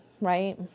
right